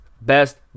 best